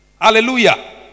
Hallelujah